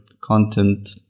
content